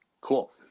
Cool